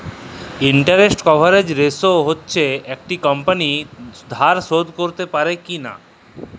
interest coverage ratio হচ্যে একট কমপালি ধার শোধ ক্যরতে প্যারে কি লায়